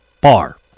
bar